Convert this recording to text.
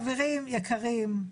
חברים יקרים,